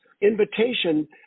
invitation